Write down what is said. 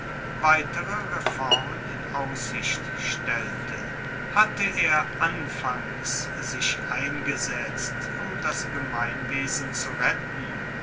weitere reformen in aussicht stellte hatte er anfangs sich eingesetzt um das gemeinwesen zu retten